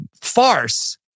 farce